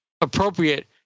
appropriate